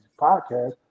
podcast